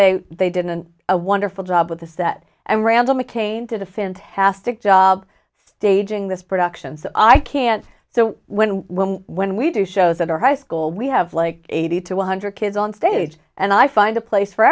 they they didn't a wonderful job with the set and randall mccain did a fantastic job staging this production so i can't so when we when we do shows that are high school we have like eighty to one hundred kids on stage and i find a place for